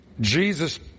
Jesus